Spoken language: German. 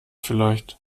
vielleicht